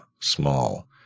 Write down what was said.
small